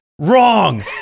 wrong